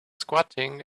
squatting